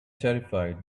terrified